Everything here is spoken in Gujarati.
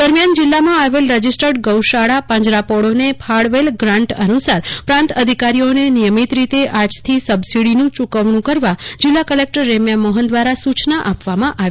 દરમિયાન જિલ્લામાં આવેલ રજીસ્ટર્ડ ગૌશાળા પાંજરાપોળોને ફાળવેલ ગ્રાંટ અનુસાર પ્રાંત અધિકારીઓને નિયમીત રીતે આજથી સબસીડી ચૂકવણું કરવા જિલ્લા કલેકટર રેમ્યા મોહન દ્વારા સૂચના આપવામાં આવી